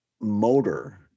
Motor